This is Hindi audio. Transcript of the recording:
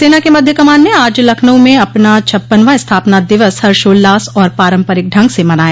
सेना के मध्य कमान ने आज लखनऊ में अपना छप्पनवां स्थापना दिवस हर्षोल्लास और पारम्परिक ढंग से मनाया